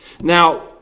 Now